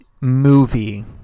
movie